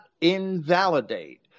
invalidate